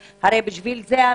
לשם כך נתכנסנו.